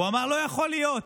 והוא אמר: לא יכול להיות.